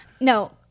No